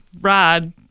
ride